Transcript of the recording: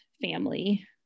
family